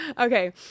Okay